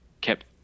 kept